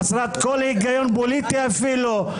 חסרת כל היגיון פוליטי אפילו,